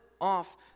off